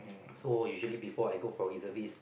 so usually before I go for reservist